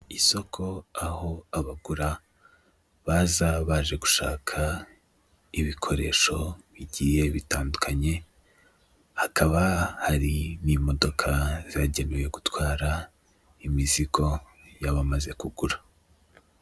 Isoko aho abagura baza baje gushaka ibikoresho bigiye bitandukanye, hakaba hari n'imodoka zagenewe gutwara imizigo y'abamaze kugura.